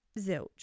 zilch